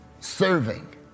serving